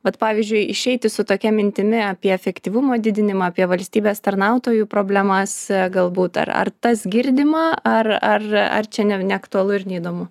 vat pavyzdžiui išeiti su tokia mintimi apie efektyvumo didinimą apie valstybės tarnautojų problemas galbūt ar ar tas girdima ar ar ar čia neaktualu ir neįdomu